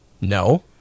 no